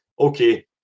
okay